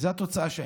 זאת התוצאה שהייתה.